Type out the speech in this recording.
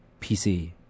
pc